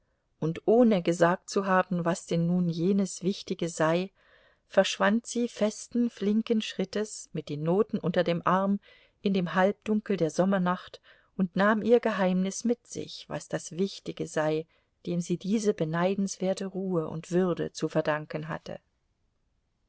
und ohne gesagt zu haben was denn nun jenes wichtige sei verschwand sie festen flinken schrittes mit den noten unter dem arm in dem halbdunkel der sommernacht und nahm ihr geheimnis mit sich was das wichtige sei dem sie diese beneidenswerte ruhe und würde zu verdanken hatte